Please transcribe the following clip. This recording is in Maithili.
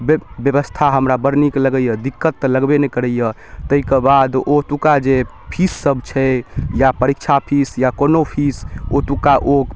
बे बेबस्था हमरा बड़ नीक लगैए दिक्कत तऽ लगबे नहि करैए ताहिकेबाद ओतुका जे फीससब छै या परीक्षा फीस या कोनो फीस ओतुका ओ